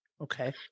Okay